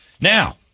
Now